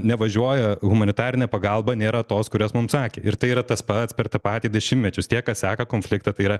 nevažiuoja humanitarinė pagalba nėra tos kurias mum sakė ir tai yra tas pats per tą patį dešimmečius tie kas seka konfliktą tai yra